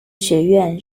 学院